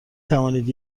توانید